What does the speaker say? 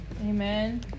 Amen